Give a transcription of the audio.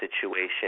situation